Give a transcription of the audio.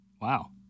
Wow